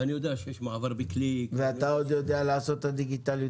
ואני יודע שיש מעבר בקליק ו --- ואתה עוד יודע לעשות את הדיגיטליות,